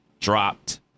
dropped